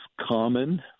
common